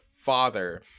father